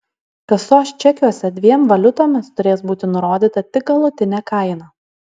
kasos čekiuose dviem valiutomis turės būti nurodyta tik galutinė kaina